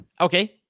Okay